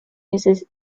uses